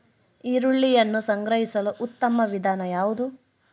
ಈರುಳ್ಳಿಯನ್ನು ಸಂಗ್ರಹಿಸಲು ಉತ್ತಮ ವಿಧಾನ ಯಾವುದು?